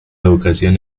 educación